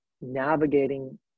navigating